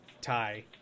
tie